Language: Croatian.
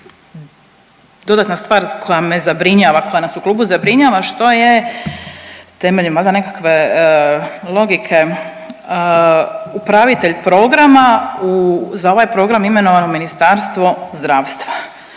zabrinjava, koja nas u klubu zabrinjava što je temeljem valjda nekakve logike upravitelj programa za ovaj program imenovano Ministarstvo zdravstva.